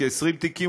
כ-20 תיקים,